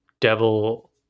devil